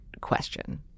question